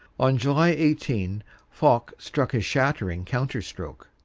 on july eighteen foch struck his shattering counter-stroke.